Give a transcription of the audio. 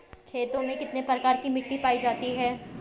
खेतों में कितने प्रकार की मिटी पायी जाती हैं?